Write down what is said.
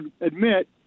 admit